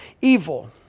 evil